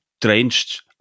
drenched